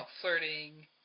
flirting